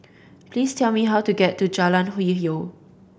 please tell me how to get to Jalan Hwi Yoh